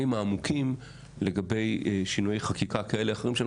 העמוקים לגבי שינויי חקיקה כאלה או אחרים שאני